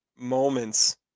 moments